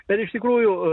bet iš tikrųjų